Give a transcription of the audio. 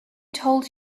told